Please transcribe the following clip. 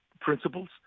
principles